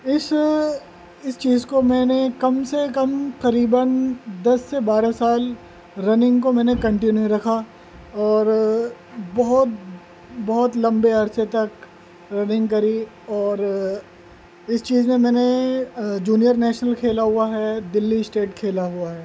اس اس چیز کو میں نے کم سے کم قریباً دس سے بارہ سال رننگ کو میں نے کنٹینیو رکھا اور بہت بہت لمبے عرصے تک رننگ کری اور اس چیز میں میں نے جونیئر نیشنل کھیلا ہوا ہے دلی اشٹیٹ کھیلا ہوا ہے